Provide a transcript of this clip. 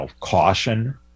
caution